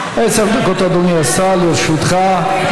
עשר דקות, אדוני השר, לרשותך.